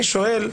שואל,